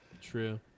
True